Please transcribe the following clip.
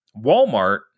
Walmart